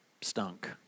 stunk